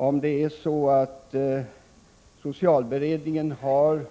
Om socialberedningen har